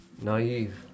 naive